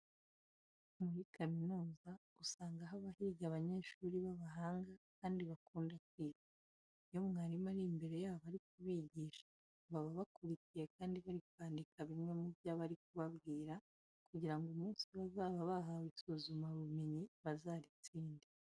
Muri kaminuza usanga haba higa abanyeshuri b'abahanga kandi bakunda kwiga. Iyo mwarimu ari imbere yabo ari kubigisha, baba bakurikiye kandi bari kwandika bimwe mu byo aba ari kubabwira kugira ngo umunsi bazaba bahawe isuzumabumenyi bazaritsinde.